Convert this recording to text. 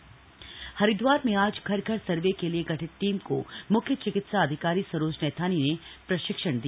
सर्वे अभियान बैठक हरिदवार में आज घर घर सर्वे के लिए गठित टीम को मुख्य चिकित्सा अधिकारी सरोज नैथानी ने प्रशिक्षण दिया